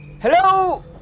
Hello